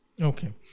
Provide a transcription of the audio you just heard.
Okay